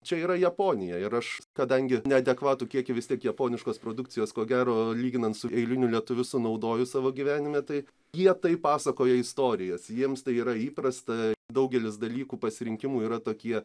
čia yra japonija ir aš kadangi neadekvatų kiekį vis tiek japoniškos produkcijos ko gero lyginant su eiliniu lietuviu sunaudoju savo gyvenime tai jie taip pasakoja istorijas jiems tai yra įprasta daugelis dalykų pasirinkimų yra tokie